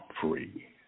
free